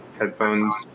headphones